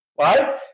right